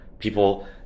People